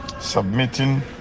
submitting